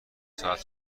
ساعت